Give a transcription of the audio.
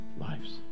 lives